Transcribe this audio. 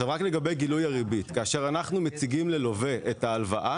לגבי גילוי הריבית: כאשר אנחנו מציגים ללווה את ההלוואה